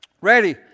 ready